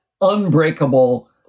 unbreakable